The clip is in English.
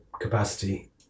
capacity